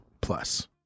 plus